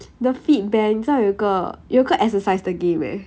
the fit band 你知道有一个有个 exercise 的 game leh